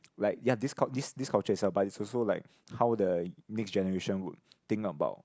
like ya this cul~ this this culture itself but it's also like how the next generation would think about